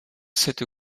cette